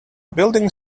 building